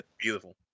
Beautiful